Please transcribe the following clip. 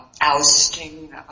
ousting